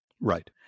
Right